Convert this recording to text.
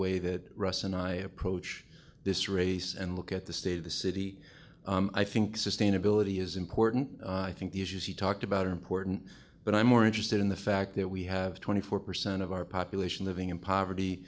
way that russ and i approach this race and look at the state of the city i think sustainability is important i think the issues he talked about are important but i'm more interested in the fact that we have twenty four percent of our population living in poverty